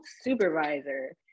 supervisor